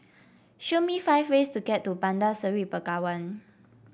show me five ways to get to Bandar Seri Begawan